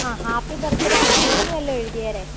അ happy birthday Achu എന്നു വല്ലതും എഴുതിയേരെ